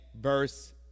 verse